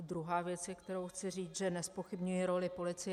Druhá věc, kterou chci říct, je, že nezpochybňuji roli policie.